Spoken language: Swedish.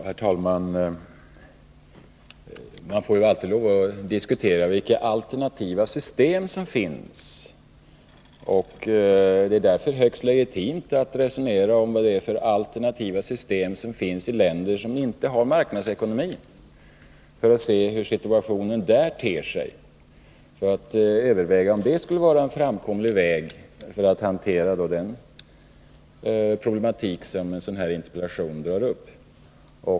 Herr talman! Man får alltid lov att diskutera vilka alternativa system som finns. Det är därför högst legitimt att resonera om vilka alternativa system som finns i länder som inte har marknadsekonomi och se hur situationen ter sig där, för att överväga om det skulle vara en framkomlig väg för att hantera den problematik som den här interpellationen tar upp.